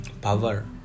power